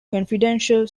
confidential